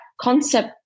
concept